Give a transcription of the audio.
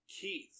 Keith